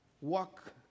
walk